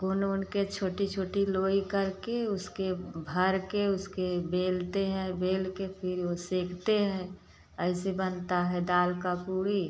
goon ऊन के छोटी छोटी लाेई करके उसके भर के उसके बेलते हैं बेल के फिर ओ सेंकते हैं ऐसे बनता है दाल का पूड़ी